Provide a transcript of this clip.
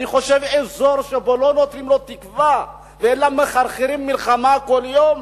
אני חושב שזה אזור שבו לא נותנים תקווה אלא מחרחרים מלחמה כל יום.